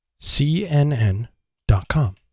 CNN.com